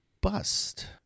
bust